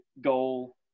goal